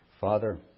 Father